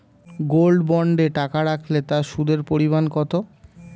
Gold বন্ডে টাকা রাখলে তা সুদের পরিমাণ কত?